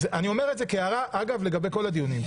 אומר את זה כהערה לכל הדיונים.